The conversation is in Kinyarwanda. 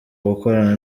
gukorana